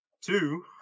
two